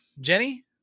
Jenny